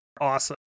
awesome